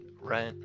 right